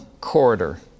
corridor